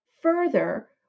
further